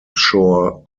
shore